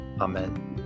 Amen